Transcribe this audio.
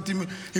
להיות עם משפחות,